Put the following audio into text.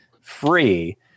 free